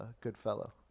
Goodfellow